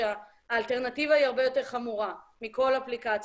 שהאלטרנטיבה היא הרבה יותר חמורה מכל אפליקציה.